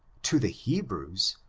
to the hebrews,